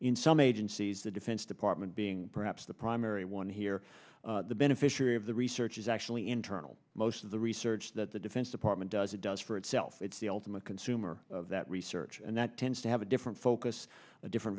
in some agencies the defense department being perhaps the primary one here the beneficiary of the research is actually internal most of the research that the defense department does it does for itself it's the ultimate consumer of that research and that tends to have a different focus a different